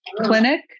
Clinic